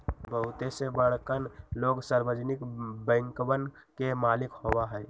बहुते से बड़कन लोग सार्वजनिक बैंकवन के मालिक होबा हई